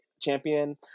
champion